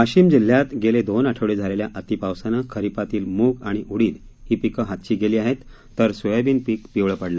वाशिम जिल्ह्यात गेले दोन आठवडे झालेल्या अति पावसानं खरिपातील मूग आणि उडीद ही पिकं हातची गेली आहेत तर सोयाबीन पिक पिवळं पडलं